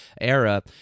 era